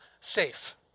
safe